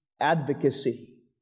advocacy